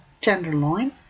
tenderloin